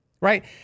Right